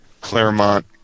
Claremont